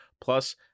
Plus